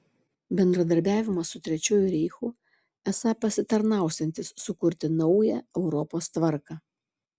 bendradarbiavimas su trečiuoju reichu esą pasitarnausiantis sukurti naują europos tvarką